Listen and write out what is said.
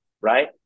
right